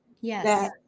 Yes